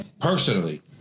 personally